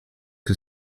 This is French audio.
que